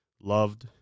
loved